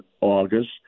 August